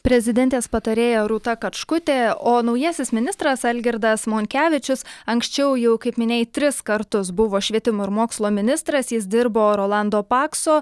prezidentės patarėja rūta kačkutė o naujasis ministras algirdas monkevičius anksčiau jau kaip minėjai tris kartus buvo švietimo ir mokslo ministras jis dirbo rolando pakso